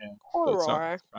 horror